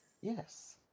Yes